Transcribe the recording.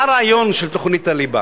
מה הרעיון של תוכנית הליבה?